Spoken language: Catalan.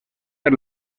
per